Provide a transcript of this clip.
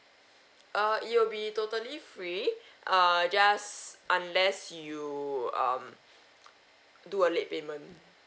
err it will be totally free err just unless you um do a late payment